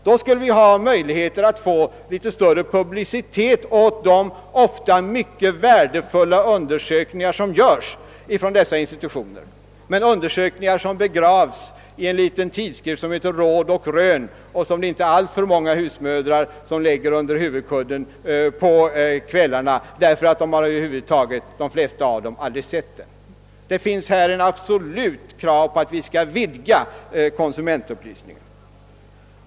Då skulle det kunna ges litet större publicitet åt de ofta mycket värdefulla undersökningar som görs av dessa institutioner, undersökningar som nu begravs i en liten tidskrift som heter Råd och Rön och som inte alltför många husmödrar lägger under huvudkudden på kvällen, eftersom de flesta av dem över huvud taget aidrig har sett den. Det finns alltså anledning att ställa ett absolut krav på vidgad konsumentupplysning.